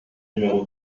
numéro